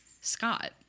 Scott